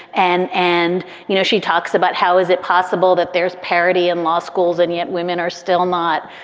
and and, you know, she talks about how is it possible that there's parity in law schools and yet women are still not,